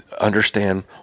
understand